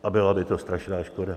A byla by to strašná škoda.